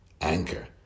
Anchor